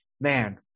Man